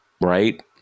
right